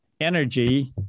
energy